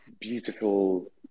beautiful